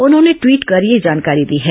उन्होंने ट्वीट कर यह जानकारी दी है